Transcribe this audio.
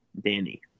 Danny